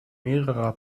mehrerer